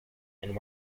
and